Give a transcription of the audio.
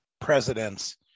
presidents